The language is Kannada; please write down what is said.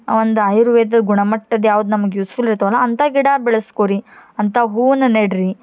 ಒಂದು ಆಯುರ್ವೇದ ಗುಣಮಟ್ಟದ ಯಾವ್ದು ನಮಗೆ ಯೂಸ್ಫುಲ್ ಇರ್ತವಲ್ಲ ಅಂತ ಗಿಡ ಬೆಳೆಸ್ಕೊರಿ ಅಂತ ಹೂನ ನೆಡಿರಿ